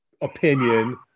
opinion